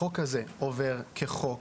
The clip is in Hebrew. החוק הזה עובר כחוק,